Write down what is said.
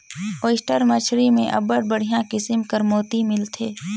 oyster मछरी में अब्बड़ बड़िहा किसिम कर मोती मिलथे